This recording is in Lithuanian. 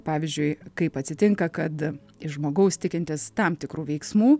pavyzdžiui kaip atsitinka kad iš žmogaus tikintis tam tikrų veiksmų